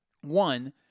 One